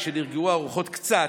כשנרגעו הרוחות קצת,